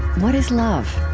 what is love?